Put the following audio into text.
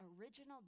original